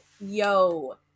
yo